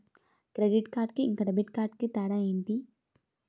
Credit card కి ఇంకా debit card కి తేడా ఏంటి?